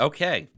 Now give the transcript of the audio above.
Okay